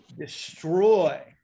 destroy